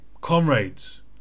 comrades